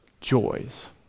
joys